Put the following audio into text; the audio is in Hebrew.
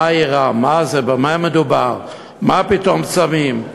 מה אירע, מה זה, במה מדובר, מה פתאום צמים.